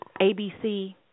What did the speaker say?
ABC